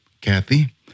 Kathy